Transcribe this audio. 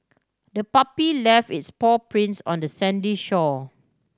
the puppy left its paw prints on the sandy shore